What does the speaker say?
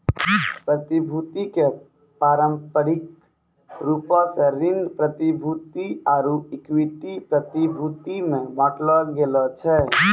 प्रतिभूति के पारंपरिक रूपो से ऋण प्रतिभूति आरु इक्विटी प्रतिभूति मे बांटलो गेलो छै